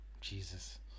Jesus